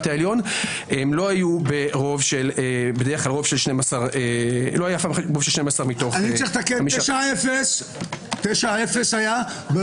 העליון לא היו ברוב של 12 מתוך 15. 9-0 היה.